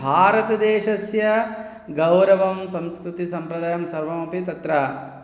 भारतदेशस्य गौरवं संस्कृतिसम्प्रदायं सर्वमपि तत्र